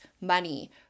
money